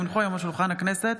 כי הונחו היום על שולחן הכנסת,